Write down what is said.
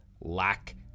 lack